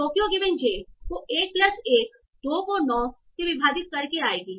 Tokyo given j को 1 plus 1 2 को 9 से विभाजित करके आएगी